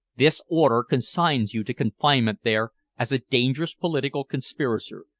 this order consigns you to confinement there as a dangerous political conspirator,